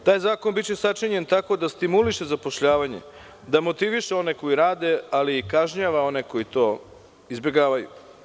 Taj zakon biće sačinjen tako da stimuliše zapošljavanje, da motiviše one koji rade, ali i kažnjava one koji to izbegavaju.